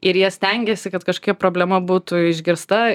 ir jie stengiasi kad kažkokia problema būtų išgirsta